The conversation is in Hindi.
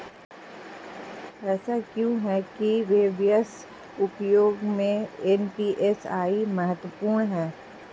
ऐसा क्यों है कि व्यवसाय उद्योग में एन.बी.एफ.आई महत्वपूर्ण है?